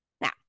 Now